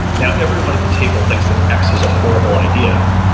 now, everyone at the table thinks that x is a horrible idea,